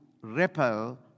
repel